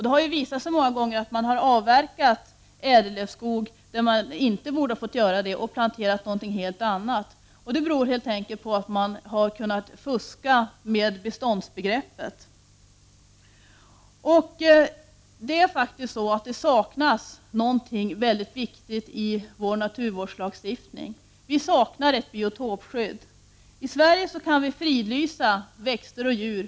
Det har många gånger visat sig att ädellövskog har avverkats där den inte borde ha fått avverkas. På sådana platser har man planterat något helt annat, vilket beror på att man har fuskat med beståndsbegreppet. Det saknas något mycket viktigt i vår naturvårdslag, nämligen ett biotopskydd. I Sverige kan vi fridlysa växter och djur.